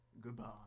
goodbye